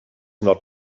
not